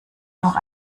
noch